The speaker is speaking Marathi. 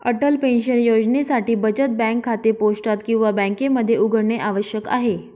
अटल पेन्शन योजनेसाठी बचत बँक खाते पोस्टात किंवा बँकेमध्ये उघडणे आवश्यक आहे